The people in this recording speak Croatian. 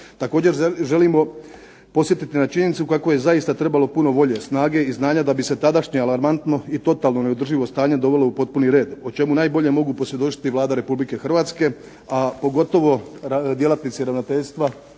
Također želimo podsjetiti na činjenicu kako je zaista trebalo puno volje, snage i znanja da bi se tadašnje alarmantno i totalno neodrživo stanje dovelo u potpuni red o čemu najbolje mogu posvjedočiti Vlada Republike Hrvatske, a pogotovo djelatnici Ravnateljstva